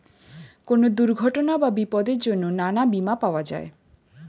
কোন দুর্ঘটনা বা বিপদের জন্যে নানা বীমা পাওয়া যায়